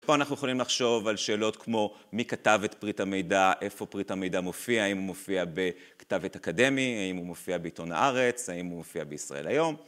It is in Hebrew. פה אנחנו יכולים לחשוב על שאלות כמו מי כתב את פריט המידע, איפה פריט המידע מופיע, האם הוא מופיע בכתבית אקדמי, האם הוא מופיע בעיתון הארץ, האם הוא מופיע בישראל היום.